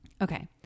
Okay